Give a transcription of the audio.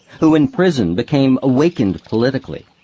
who, in prison, became awakened politically.